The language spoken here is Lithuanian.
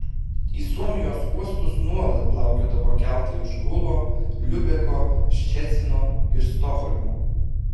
į suomijos uostus nuolat plaukiodavo keltai iš hulo liubeko ščecino ir stokholmo